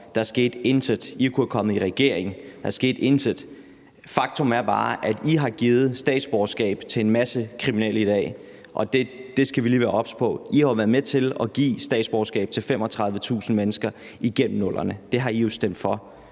Der skete intet. I kunne være kommet i regering. Der skete intet. Faktum er bare, at I har givet statsborgerskab til en masse kriminelle i dag, og det skal vi lige være obs på. I har jo været med til at give statsborgerskab til 35.000 mennesker igennem 00'erne. Det har I jo stemt for,